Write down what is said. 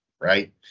right